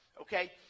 okay